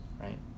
right